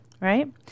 right